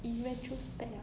a friend